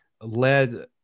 led